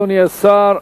אדוני השר.